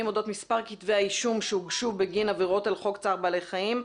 אודות מספר כתבי האישום שהוגשו בגין עבירות על חוק צער בעלי חיים,